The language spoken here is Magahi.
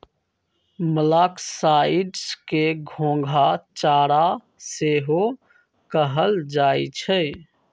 मोलॉक्साइड्स के घोंघा चारा सेहो कहल जाइ छइ